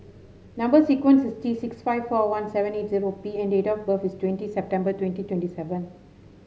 number sequence is T six five four one seven eight zero P and date of birth is twenty September twenty twenty seven